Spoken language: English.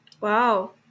Wow